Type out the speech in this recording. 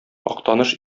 актаныш